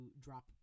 drop